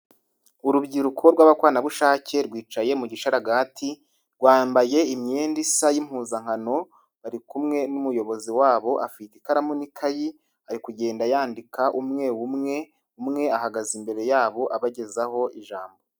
Urubyiruko rw'abakorerabushake rwicaye mu gisharagati, rwambaye imyenda isa y'impuzankano, bari kumwe n'umuyobozi wabo, afite ikaramu n'ikayi ari kugenda yandika umwe umwe, umwe ahagaze imbere yabo abagezaho ijambo.